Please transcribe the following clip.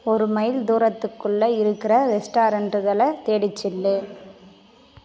ஒரு மைல் தூரத்துக்குள்ளே இருக்கிற ரெஸ்டாரண்ட்டுகளை தேடிச் சொல்லு